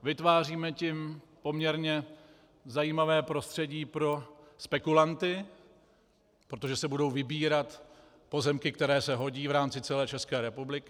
Vytváříme tím poměrně zajímavé prostředí pro spekulanty, protože si budou vybírat pozemky, které se hodí v rámci celé České republiky.